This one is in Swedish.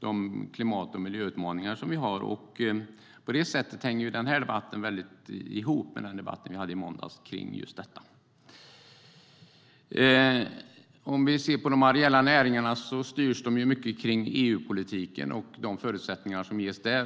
de klimat och miljöutmaningar som vi har. På det sättet hänger den här debatten väldigt mycket ihop med den debatt vi hade i måndags om just detta. De areella näringarna styrs mycket av EU-politiken och de förutsättningar som ges där.